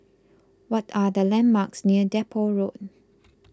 what are the landmarks near Depot Road